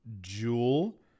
Jewel